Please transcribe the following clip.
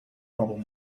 problem